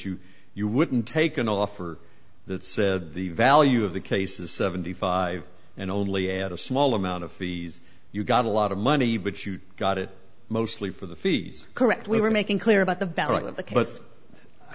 you you wouldn't take an offer that said the value of the case is seventy five dollars and only add a small amount of fees you got a lot of money but you got it mostly for the fees correct we were making clear about the